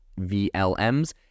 VLMs